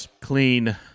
clean